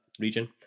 region